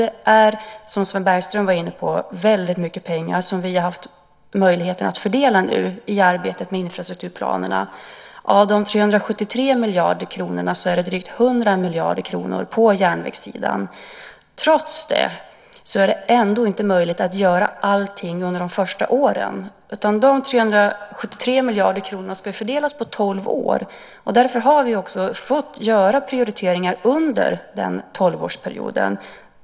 Det är, som Sven Bergström var inne på, väldigt mycket pengar som vi nu har haft möjlighet att fördela i arbetet med infrastrukturplanerna. Av de 373 miljarder kronorna ligger drygt 100 miljarder på järnvägssidan. Trots det är det ändå inte möjligt att göra allting under de första åren. De 373 miljarder kronorna ska fördelas på tolv år, och därför har vi också fått göra prioriteringar under den tolvårsperioden.